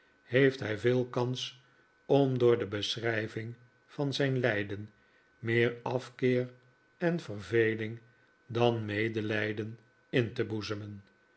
heeft hij veel kans om door de beschrijving van zijn lijden meer afkeer en verveling dan medelijden in te boezemen